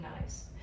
nice